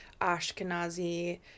Ashkenazi